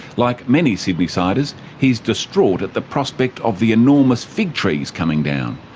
like many sydneysiders he is distraught at the prospect of the enormous fig trees coming down,